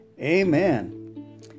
Amen